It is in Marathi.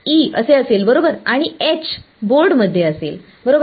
E असे असेल बरोबर आणि H बोर्डमध्ये असेल बरोबर